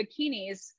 bikinis